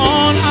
on